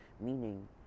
Meaning